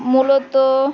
মূলত